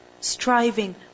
striving